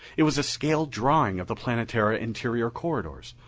it was a scale drawing of the planetara interior corridors,